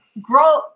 grow